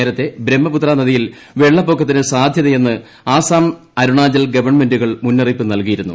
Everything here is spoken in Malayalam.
നേരത്തെ ബ്രഹ്മപുത്ര നദിയിൽ വെള്ളപ്പൊക്കത്തിന് സാധ്യതയുണ്ടെന്ന് അസ്സാം അരുണാചൽ ഗവൺമെന്റുകൾ മുന്നറിയിപ്പ് നൽകിയിരുന്നു